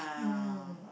mm